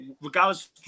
regardless